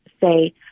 say